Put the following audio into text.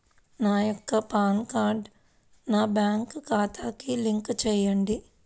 నా యొక్క పాన్ కార్డ్ని నా బ్యాంక్ ఖాతాకి లింక్ చెయ్యండి?